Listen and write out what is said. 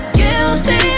guilty